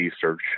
search